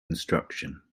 instruction